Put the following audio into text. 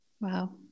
Wow